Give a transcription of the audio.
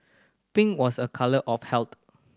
pink was a colour of health